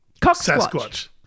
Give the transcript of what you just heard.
Sasquatch